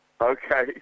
Okay